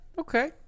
okay